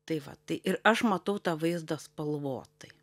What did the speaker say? tai vat tai ir aš matau tą vaizdą spalvotai